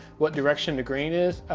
what direction the grain is,